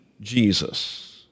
Jesus